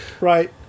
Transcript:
Right